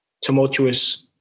tumultuous